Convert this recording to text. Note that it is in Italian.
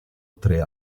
tre